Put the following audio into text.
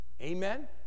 Amen